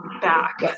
back